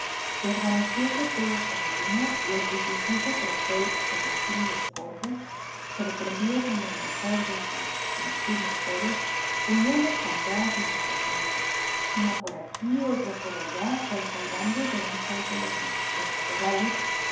rompió desvanecióse todo como el humo y al bullicioso tropel con las tímidas corzas sorprendidas en lo mejor de sus nocturno juegos huían espantadas de su presencia una por aquí otra por allá cuál salvando de un salto los matorrales